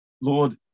Lord